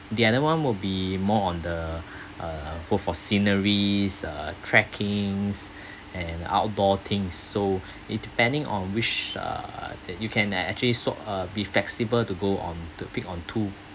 the other one will be more on the uh go for sceneries uh trekking and outdoor things so it depending on which err that you can uh actually sort uh be flexible to go on to pick on too